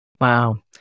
Wow